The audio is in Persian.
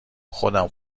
خودم